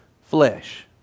flesh